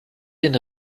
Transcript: den